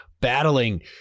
Battling